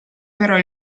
però